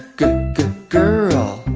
guh-guh girl